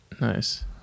nice